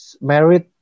married